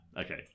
Okay